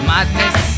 Madness